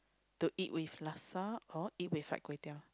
to eat with laksa or eat with fried kway-teow